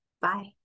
Bye